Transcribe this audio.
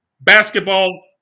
Basketball